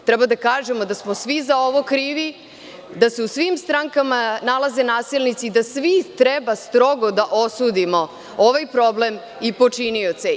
Treba da kažemo da smo svi za ovo krivi, da se u svim strankama nalaze nasilnici, i da svi treba strogo da osudimo ovaj problem i počinioce.